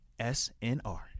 SNR